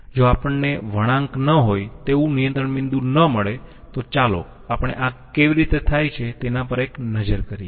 જો આપણને વળાંક ન હોય તેવું નિયંત્રણ બિંદુ ન મળે તો ચાલો આપણે આ કેવી રીતે થાય છે તેના પર એક નજર કરીયે